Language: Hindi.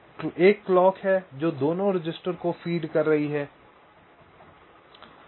तो एक क्लॉक है जो इन दोनों रजिस्टर को फीड कर रही है